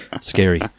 Scary